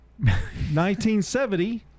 1970